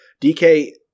DK